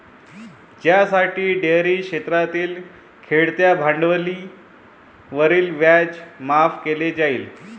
ज्यासाठी डेअरी क्षेत्रातील खेळत्या भांडवलावरील व्याज माफ केले जाईल